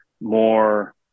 more